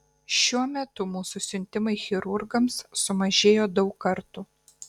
šiuo metu mūsų siuntimai chirurgams sumažėjo daug kartų